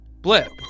blip